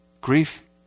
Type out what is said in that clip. Grief